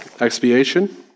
expiation